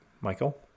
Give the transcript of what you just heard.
Michael